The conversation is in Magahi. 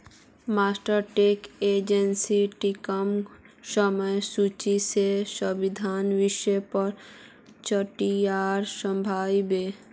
मास्टर स्टॉक एक्सचेंज ट्रेडिंगक समय सूची से संबंधित विषय पर चट्टीयाक समझा बे